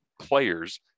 players